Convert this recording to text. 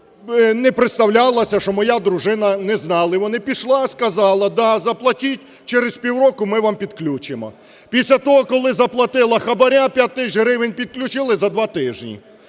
Не представлялася, що моя дружина, не знали вони, пішла, сказала. Да, заплатіть, через півроку ми вам підключимо. Після того, коли заплатила хабара 5 тисяч гривень, підключили за два тижні.